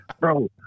Bro